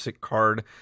card